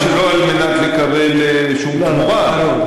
שלא על מנת לקבל שום תמורה -- לא,